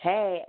Hey